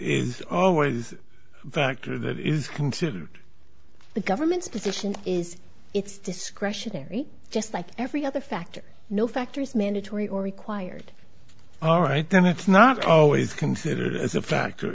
considered the government's position is it's discretionary just like every other factor no factor is mandatory or required all right then it's not always considered as a factor